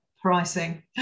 Pricing